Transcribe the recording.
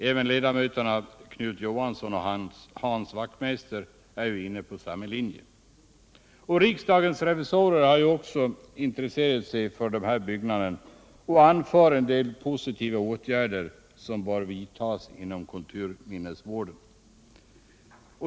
Även ledamöterna Knut Johansson och Hans Wachtmeister är inne på samma linje. Riksdagens revisorer har ju också intresserat sig för dessa byggnader och anför en del positiva åtgärder som bör vidtas inom kulturminnesvården.